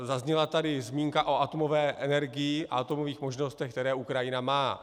Zazněla tady zmínka o atomové energii a atomových možnostech, které Ukrajina má.